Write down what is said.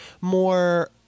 more